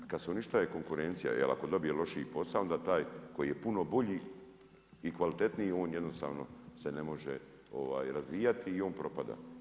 Kad se uništava konkurencija, jel ako dobije loši posao, onda taj, koji je puno bolji i kvalitetniji, on jednostavno se ne može razvijati i on propada.